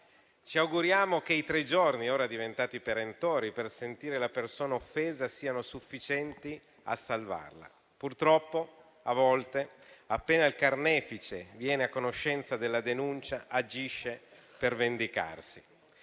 Ci auguriamo che i tre giorni, ora diventati perentori, per sentire la persona offesa siano sufficienti a salvarla. Purtroppo, a volte, appena il carnefice viene a conoscenza della denuncia, agisce per vendicarsi.